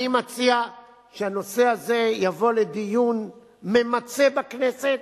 אני מציע שהנושא הזה יבוא לדיון ממצה בכנסת,